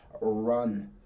run